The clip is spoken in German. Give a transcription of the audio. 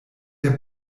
der